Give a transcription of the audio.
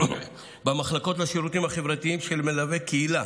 במחלקות לשירותים חברתיים, של מלווה קהילה,